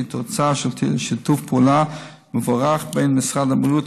שהיא תוצאה של שיתוף פעולה מבורך בין משרד הבריאות,